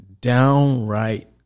downright